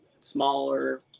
smaller